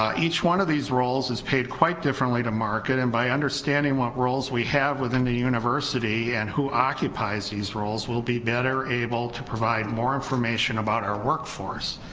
each one of these roles is paid quite differently to market and by understanding what roles we have within the university and who occupies these roles we'll be better able to provide more information about our workforce,